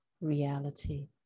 reality